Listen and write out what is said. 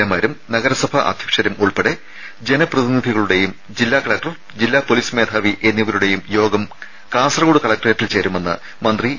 എമാരും നഗരസഭാ അധ്യക്ഷന്മാരും ഉൾപ്പെടെ ജനപ്രതിനിധികളുടെയും ജില്ലാ കലക്ടർ ജില്ലാ പൊലീസ് മേധാവി എന്നിവരുടെയും യോഗം കാസർകോട് കലക്ടറേറ്റിൽ ചേരുമെന്ന് മന്ത്രി ഇ